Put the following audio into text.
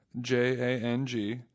J-A-N-G